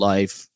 Life